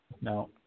no